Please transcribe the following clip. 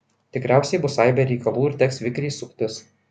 tikriausiai bus aibė reikalų ir teks vikriai suktis